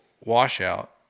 washout